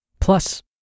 Plus